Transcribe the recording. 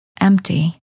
empty